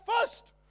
first